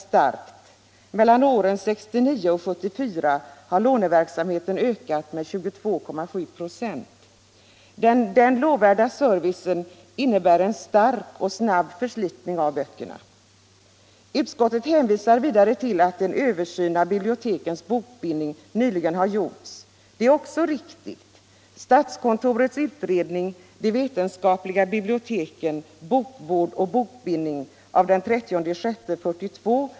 Mellan 1969 och 1974 har låneverksamheten ökat med 22,7 96. Denna lovvärda service innebär stark och snabb förslitning av böckerna. utbildning och forskning 1.